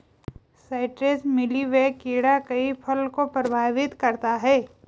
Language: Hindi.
साइट्रस मीली बैग कीड़ा कई फल को प्रभावित करता है